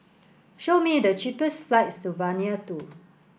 show me the cheapest flights to Vanuatu